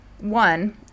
one